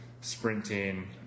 sprinting